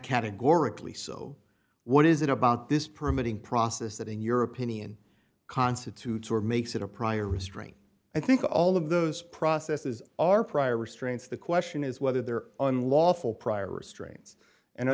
categorically so what is it about this permitting process that in your opinion constitutes or makes it a prior restraint i think all of those processes are prior restraints the question is whether they're unlawful prior restraints and